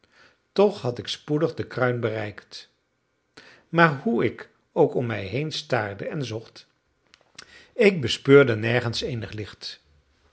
toch had ik spoedig de kruin bereikt maar hoe ik ook om mij heen staarde en zocht ik bespeurde nergens eenig licht